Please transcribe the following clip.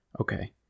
Okay